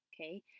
Okay